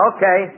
Okay